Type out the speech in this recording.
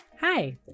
Hi